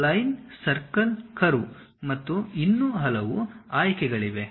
line circle curve ಮತ್ತು ಇನ್ನೂ ಹಲವು ಆಯ್ಕೆಗಳಿವೆ